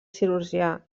cirurgià